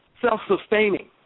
self-sustaining